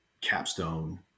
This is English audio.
capstone